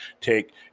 take